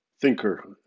thinker